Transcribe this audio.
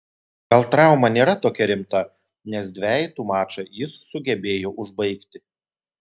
gal trauma nėra tokia rimta nes dvejetų mačą jis sugebėjo užbaigti